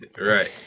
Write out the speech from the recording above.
Right